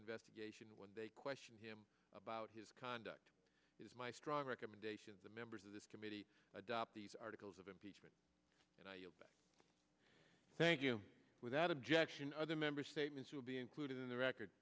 investigation what they questioned him about his conduct is my strong recommendation to members of this committee adopt these articles of impeachment and i thank you without objection other member statements will be included in the record